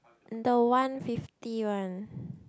the one fifty one